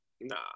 Nah